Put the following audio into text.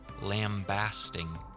lambasting